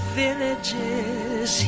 villages